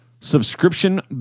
subscription